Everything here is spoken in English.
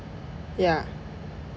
ya